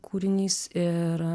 kūrinys ir